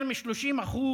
יותר מ-30%